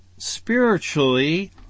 Spiritually